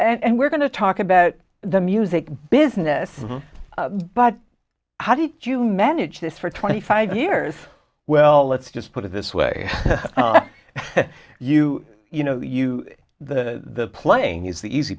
if and we're going to talk about the music business but how did you manage this for twenty five years well let's just put it this way you you know you the playing is the easy